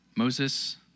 Moses